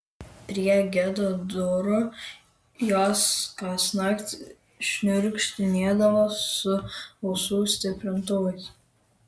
prie gedo durų jos kasnakt šniukštinėdavo su ausų stiprintuvais